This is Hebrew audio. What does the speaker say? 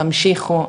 תמשיכו,